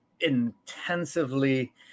intensively